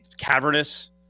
cavernous